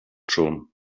schon